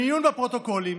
מעיון בפרוטוקולים